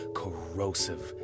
corrosive